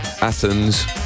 Athens